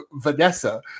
Vanessa